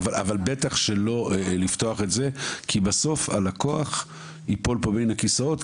בטח שלא לפתוח את זה כי בסוף הלקוח ייפול בין הכיסאות.